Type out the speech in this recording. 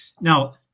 Now